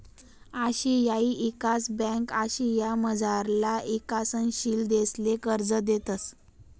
आशियाई ईकास ब्यांक आशियामझारला ईकसनशील देशसले कर्ज देतंस